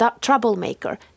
troublemaker